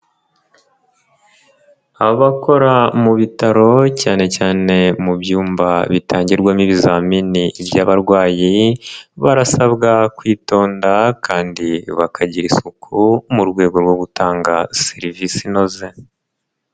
Abakora mu bitaro cyane cyane mu byumba bitangirwamo ibizamini by'abarwayi, barasabwa kwitonda kandi bakagira isuku mu rwego rwo gutanga serivisi inoze.